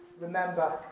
Remember